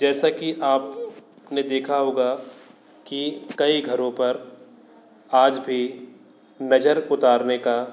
जैसा कि आपने देखा होगा कि कई घरों पर आज भी नज़र उतारने का